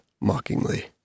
mockingly